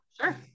sure